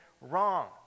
wrong